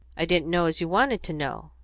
i didn't know as you wanted to know,